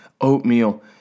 oatmeal